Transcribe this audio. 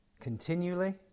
Continually